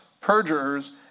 perjurers